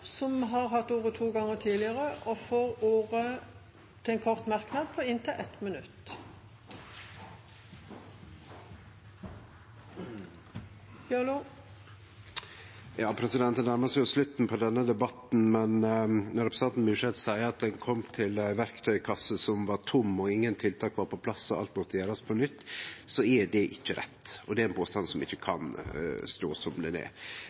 har hatt ordet to ganger tidligere og får ordet til en kort merknad, begrenset til 1 minutt. Det nærmar seg slutten på denne debatten, men når representanten Myrseth seier at ein kom til ei verktøykasse som var tom, ingen tiltak var på plass, og alt måtte gjerast på nytt, er det ikkje rett. Det er ein påstand som ikkje kan stå som han er.